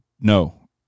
No